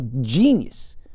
genius